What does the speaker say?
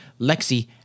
Lexi